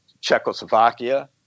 Czechoslovakia